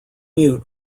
mute